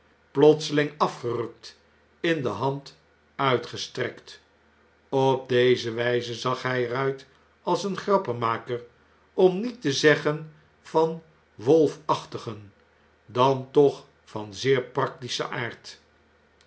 plotseling afgerukt in de hand uitgestrekt op deze wjjze zag hjj er uit als een grappenmaker om niet te zeggen van wolfachtigen dan toch van zeer practischen aard